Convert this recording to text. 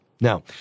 Now